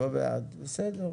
לא בעד, בסדר.